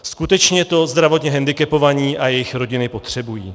Skutečně to zdravotně hendikepovaní a jejich rodiny potřebují.